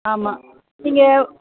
ஆமாம் நீங்கள்